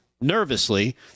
nervously